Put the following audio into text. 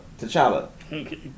T'Challa